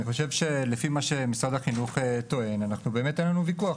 לפי מה שמשרד החינוך טוען באמת אין לנו ויכוח,